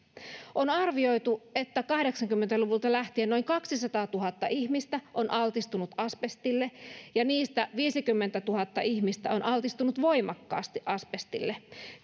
on arvioitu että kahdeksankymmentä luvulta lähtien noin kaksisataatuhatta ihmistä on altistunut asbestille ja heistä viisikymmentätuhatta ihmistä on altistunut voimakkaasti asbestille